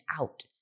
out